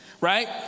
right